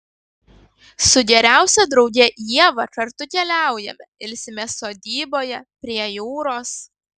su geriausia drauge ieva kartu keliaujame ilsimės sodyboje prie jūros